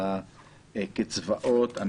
לקצבאות.